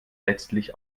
letztlich